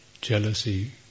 jealousy